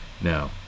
now